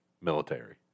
military